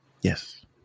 Yes